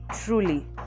truly